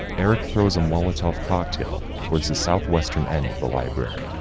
eric throws a molotov cocktail towards the southwestern end of the library,